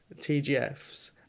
TGFs